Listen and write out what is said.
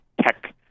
tech